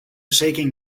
shaking